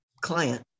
client